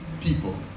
people